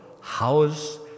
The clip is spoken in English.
house